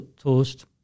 toast